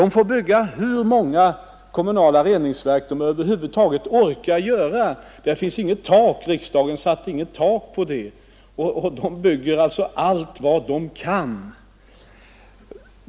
De får bygga hur många kommunala reningsverk som de över huvud taget orkar med; riksdagen har inte fastställt något tak för anslaget, och de bygger alltså allt de kan bygga.